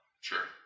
Sure